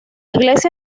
iglesia